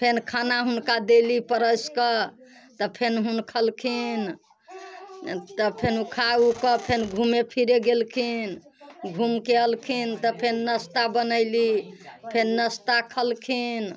फेन खाना हुनका देली परस कऽ तऽ फेन हुन खैलखिन तब फेन खा उ कऽ फेन घूमे फिरे गेलखिन घूमके अलखिन तऽ फेन नस्ता बनैली फेन नस्ता खलखिन